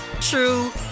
true